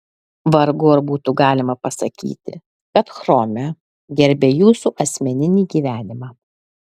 vargu ar būtų galima pasakyti kad chrome gerbia jūsų asmeninį gyvenimą